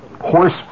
horse